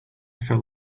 felt